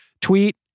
tweet